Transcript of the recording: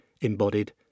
embodied